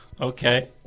Okay